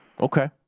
Okay